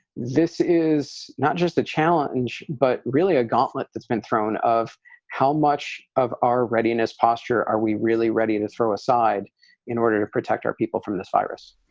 this is not just a challenge, but really a gauntlet that's been thrown of how much of our readiness posture are we really ready to throw aside in order to protect our people from this virus?